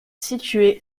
situé